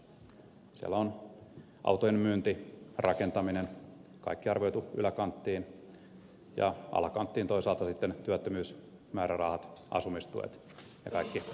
siellä on autojen myynti rakentaminen kaikki arvioitu yläkanttiin ja alakanttiin toisaalta sitten työttömyysmäärärahat asumistuet ja kaikki tällainen